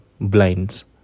blinds